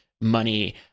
money